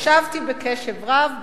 הקשבתי בקשב רב בחדרי,